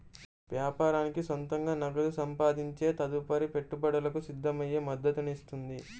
వ్యాపారానికి సొంతంగా నగదు సంపాదించే తదుపరి పెట్టుబడులకు సిద్ధమయ్యే మద్దతునిస్తుంది